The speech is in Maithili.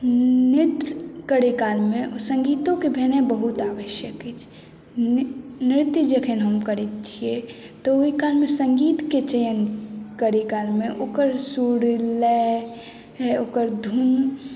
नृत्य करै काल मे संगीतो के भेनाइ बहुत आवश्यक अछि नृत्य जखन हम करै छियै तऽ ओहि काल मे संगीत के चयन करै काल मे ओकर सुर लय ओकर धुन